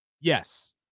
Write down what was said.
Yes